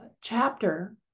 chapter